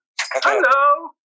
Hello